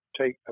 take